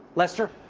lester.